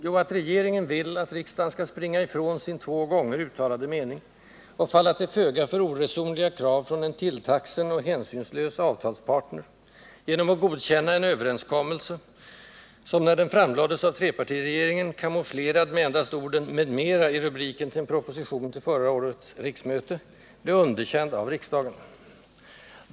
Jo, att regeringen vill att riksdagen skall springa ifrån sin två gånger uttalade mening och falla till föga för oresonliga krav från en tilltagsen och hänsynslös avtalspartner, genom att godkänna en överenskommelse, som — när den framlades av trepartiregeringen, kamouflerad med endast orden ”med mera” i rubriken till en proposition till förra årets riksmöte — blev underkänd av riksdagen.